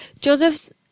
joseph's